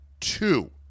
Two